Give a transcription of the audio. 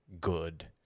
good